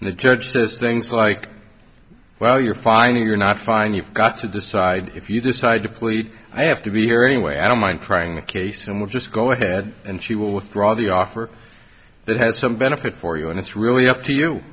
and the judge says things like well you're finding you're not fine you've got to decide if you decide to plead i have to be here anyway i don't mind trying the case and we'll just go ahead and she will withdraw the offer that has some benefit for you and it's really up to you